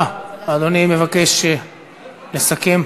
אה, אדוני מבקש לסכם.